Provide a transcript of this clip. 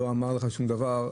לא אמר לך שום דבר.